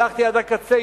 הלכתי עד הקצה,